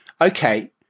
Okay